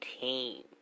Team